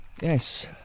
Yes